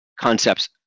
concepts